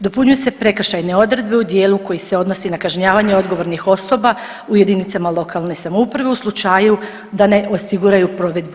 Dopunjuju se prekršajne odredbe u dijelu koje se odnosi na kažnjavanje odgovornih osoba u jedinicama lokalne samouprave u slučaju da ne osiguraju provedbu